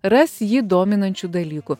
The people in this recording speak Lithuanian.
ras jį dominančių dalykų